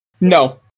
No